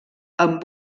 amb